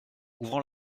ouvrant